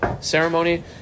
ceremony